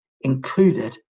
included